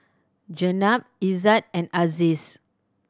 Jenab Izzat and Aziz